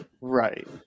Right